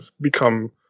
become